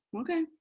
Okay